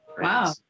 Wow